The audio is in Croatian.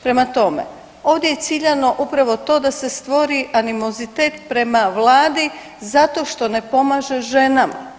Prema tome, ovdje je ciljano upravo to da se stvori animozitet prema Vladi zato što ne pomaže ženama.